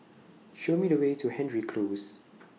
Show Me The Way to Hendry Close